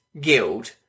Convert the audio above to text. guild